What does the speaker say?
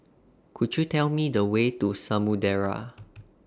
Could YOU Tell Me The Way to Samudera